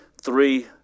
three